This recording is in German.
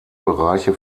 bereiche